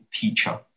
teacher